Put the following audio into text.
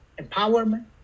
empowerment